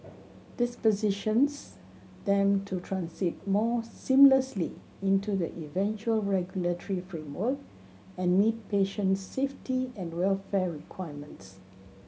this positions them to transit more seamlessly into the eventual regulatory framework and meet patient safety and welfare requirements